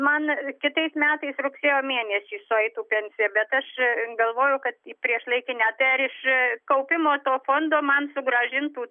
man kitais metais rugsėjo mėnesį sueitų pensija bet aš galvoju kad į priešlaikinę tai ar iš kaupimo to fondo man sugrąžintų